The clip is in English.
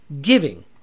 giving